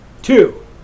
two